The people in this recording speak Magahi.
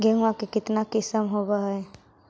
गेहूमा के कितना किसम होबै है?